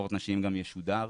שספורט נשים גם ישודר.